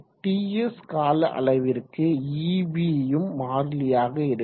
Ts காலஅளவிற்கு eb ம் மாறிலியாக இருக்கும்